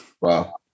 Wow